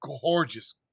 gorgeous